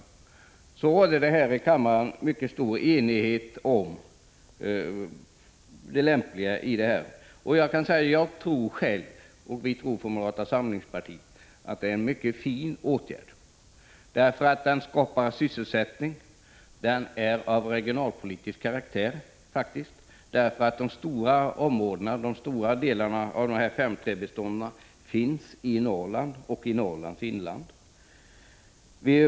När vi en gång införde det rådde det här i kammaren mycket stor enighet om det lämpliga i detta. Vi tror från moderata samlingspartiet att det är en mycket fin åtgärd, eftersom den skapar sysselsättning och därtill är av regionalpolitisk karaktär; de stora delarna av S:3-bestånden finns ju i Norrland och dess inland.